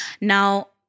Now